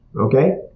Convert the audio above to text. Okay